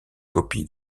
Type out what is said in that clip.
copies